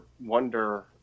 wonder